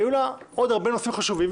היו לה עוד הרבה נושאים חשובים,